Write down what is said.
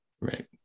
Right